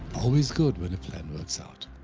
always good, when a plan works out.